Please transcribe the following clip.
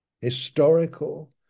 historical